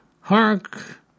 Hark